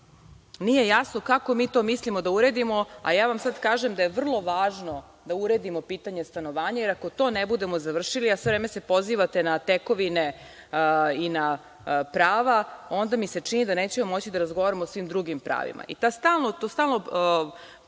nije jasno kako mi to mislimo da uredimo, a ja vam sad kažem da je vrlo važno da uredimo pitanje stanovanja, jer ako to ne budemo završili, a sve vreme se pozivate na tekovine i na prava, onda mi se čini da nećemo moći da razgovaramo o svim drugim pravima.